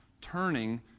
turning